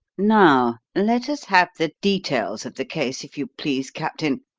now let us have the details of the case, if you please, captain,